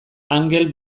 angel